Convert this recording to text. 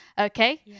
Okay